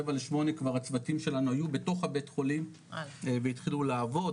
רבע לשמונה כבר הצוותים שלנו היו בתוך הבית חולים והתחילו לעבוד,